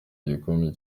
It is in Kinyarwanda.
igikombe